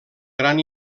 gran